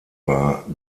war